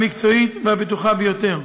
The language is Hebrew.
המקצועית והבטוחה ביותר.